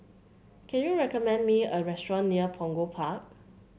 can you recommend me a restaurant near Punggol Park